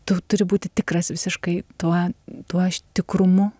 tu turi būti tikras visiškai tuo tuo tikrumu